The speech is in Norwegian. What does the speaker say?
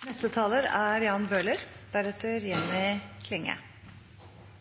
Det var fint å få denne proposisjonen fra departementet, hvor det er